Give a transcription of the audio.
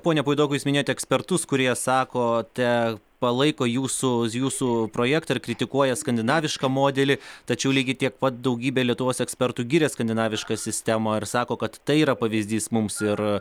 pone puidokai jūs minėjote ekspertus kurie sakote palaiko jūsų jūsų projektą ir kritikuoja skandinavišką modelį tačiau lygiai tiek pat daugybė lietuvos ekspertų giria skandinavišką sistemą ir sako kad tai yra pavyzdys mums ir